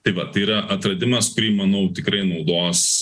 tai va tai yra atradimas kurį manau tikrai naudos